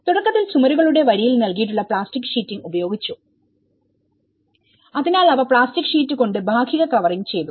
തുടക്കത്തിൽ ചുമരുകളുടെ വരിയിൽ നൽകിയിട്ടുള്ള പ്ലാസ്റ്റിക് ഷീറ്റിങ് ഉപയോഗിച്ചു അതിനാൽ അവ പ്ലാസ്റ്റിക് ഷീറ്റ് കൊണ്ട് ഭാഗിക കവറിങ് ചെയ്തു